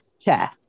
chair